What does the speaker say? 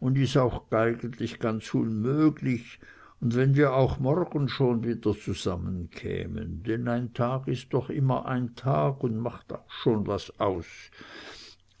un is auch eigentlich ganz unmöglich un wenn wir auch morgen schon wieder zusammenkämen denn ein tag is doch immer ein tag und macht auch schon was aus